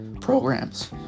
programs